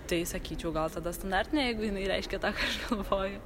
tai sakyčiau gal tada standartinė jeigu jinai reiškia tą ką aš galvoju